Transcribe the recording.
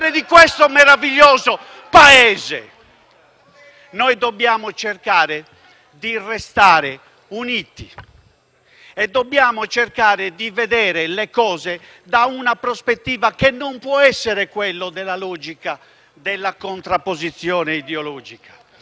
dai Gruppi FI-BP e PD)*. Noi dobbiamo cercare di restare uniti e dobbiamo cercare di vedere le cose da una prospettiva che non può essere quella della logica della contrapposizione ideologica,